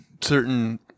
certain